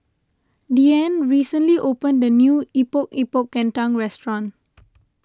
Deane recently opened a new Epok Epok Kentang restaurant